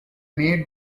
made